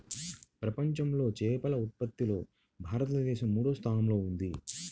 ప్రపంచంలో చేపల ఉత్పత్తిలో భారతదేశం మూడవ స్థానంలో ఉంది